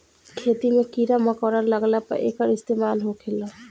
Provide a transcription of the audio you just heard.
खेती मे कीड़ा मकौड़ा लगला पर एकर इस्तेमाल होखेला